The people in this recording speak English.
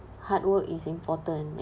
hard work is important